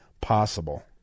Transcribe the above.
possible